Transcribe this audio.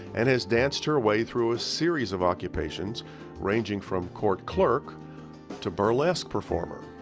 and has danced her way through a series of occupations ranging from court clerk to burlesque performer.